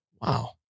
Wow